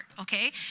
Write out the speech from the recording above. okay